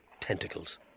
Tentacles